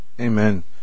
Amen